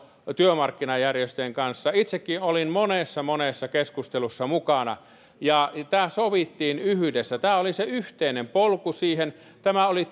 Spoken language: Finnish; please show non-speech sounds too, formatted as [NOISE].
työmarkkinajärjestöjen kanssa itsekin olin monessa monessa keskustelussa mukana ja tämä sovittiin yhdessä tämä oli se yhteinen polku siihen tämä oli [UNINTELLIGIBLE]